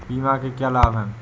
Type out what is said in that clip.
बीमा के क्या लाभ हैं?